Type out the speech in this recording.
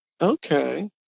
Okay